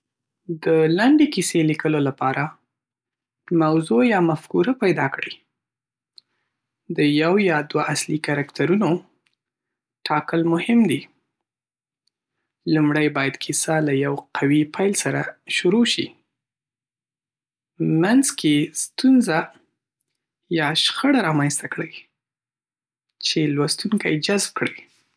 د لنډې کیسې لیکلو لپاره، موضوع یا مفکوره پیدا کړئ. د یو یا دوه اصلي کرکټرونو ټاکل مهم دي. لومړی باید کیسه له یو قوي پېل سره شروع شي. منځ کې ستونزه یا شخړه رامنځته کړئ چې لوستونکی جذب کړي.